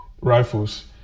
rifles